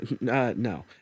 no